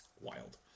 Wild